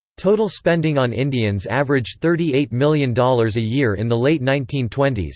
total spending on indians averaged thirty eight million dollars a year in the late nineteen twenty s,